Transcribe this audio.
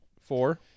Four